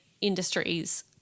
industries